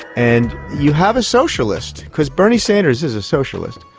and you have a socialist, because bernie sanders is a socialist,